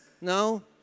no